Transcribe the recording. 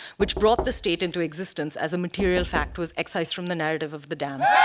which brought the state into existence as a material fact was excised from the narrative of the dam,